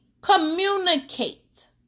Communicate